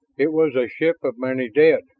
it was a ship of many dead,